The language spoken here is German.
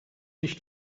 nicht